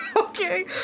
Okay